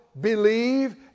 believe